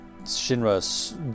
Shinra's